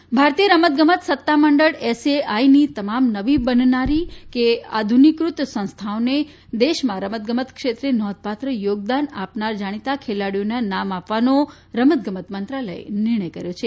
SAI ભારતીય રમતગમત સત્તામંડળ એસએઆઇની તમામ નવી બનનારી કે આધુનીકૃત સંસ્થાઓને દેશમાં રમતગમત ક્ષેત્રે નોંધપાત્ર યોગદાન આપનારા જાણીતા ખેલાડીઓનાં નામ આપવાનો રમતગમત મંત્રાલયે નિર્ણય કર્યો છે